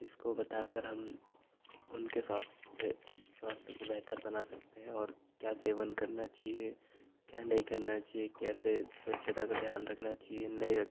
जिसको बताकर हम उनके स्वास्थ स्वास्थ्य को बेहतर बना सकते हैं और क्या सेवन करना चाहिए क्या नहीं करना चाहिए कैसे स्वच्छता का ध्यान रखना चाहिए नहीं रक